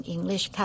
English